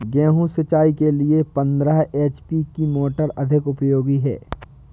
गेहूँ सिंचाई के लिए पंद्रह एच.पी की मोटर अधिक उपयोगी है?